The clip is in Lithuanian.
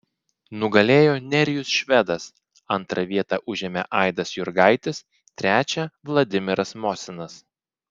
nugalėjo nerijus švedas antrą vietą užėmė aidas jurgaitis trečią vladimiras mosinas